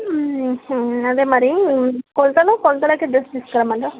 అదే మరి కొలతలు కొలతలకి డ్రెస్ తీసుకురమ్మంటారా